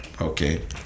Okay